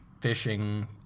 fishing